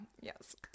yes